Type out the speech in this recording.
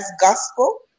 gospel